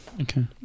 Okay